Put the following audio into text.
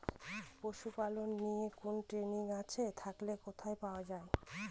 পশুপালন নিয়ে কোন ট্রেনিং আছে থাকলে কোথায় পাওয়া য়ায়?